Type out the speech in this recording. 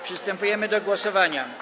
Przystępujemy do głosowania.